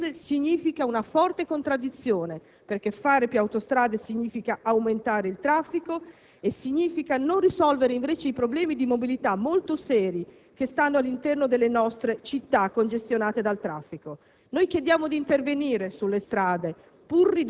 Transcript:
Paese, comporta una forte contraddizione, perché fare più autostrade significa aumentare il traffico e non risolve, invece, i problemi di mobilità molto seri presenti nelle nostre città congestionate dal traffico. Noi chiediamo di intervenire sulle strade,